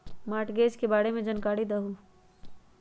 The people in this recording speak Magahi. मॉर्टगेज के बारे में जानकारी देहु?